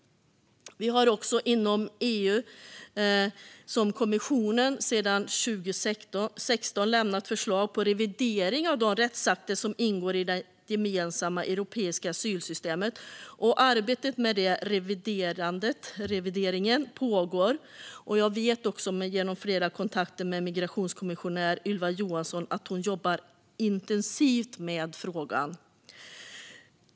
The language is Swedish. Inom EU har kommissionen sedan 2016 lämnat förslag på revideringar av de rättsakter som ingår i det gemensamma europeiska asylsystemet. Arbetet med revideringarna pågår. Jag vet också genom flera kontakter med migrationskommissionär Ylva Johansson att hon jobbar intensivt med frågan.